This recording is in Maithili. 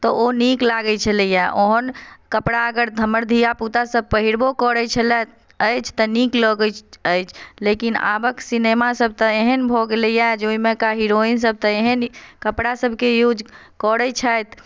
तऽ ओ नीक लागैत छलैए ओहन कपड़ा अगर हमर धिया पूतासभ पहिरबो करै छलथि अछि तऽ नीक लगैत अछि लेकिन आबक सिनेमासभ तऽ एहन भऽ गेलैए जे ओहिमेका हीरोइनसभ तऽ एहन कपड़ासभ के यूज करैत छथि